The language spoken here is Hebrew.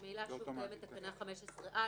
ממילא קיימת תקנה 15א,